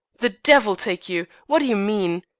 the devil take you! what do you mean?